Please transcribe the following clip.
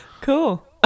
cool